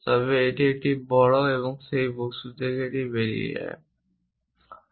তবে এটি একটি বড় এটি সেই বস্তু থেকে বেরিয়ে আসে